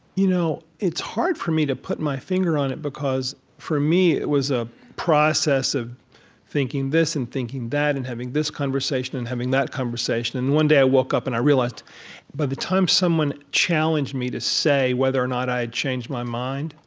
you know it's hard for me to put my finger on it because, for me, it was a process of thinking this and thinking that and having this conversation and having that conversation. and then one day i woke up and i realized by the time someone challenged me to say whether or not i had changed my mind,